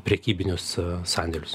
prekybinius sandėlius